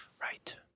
right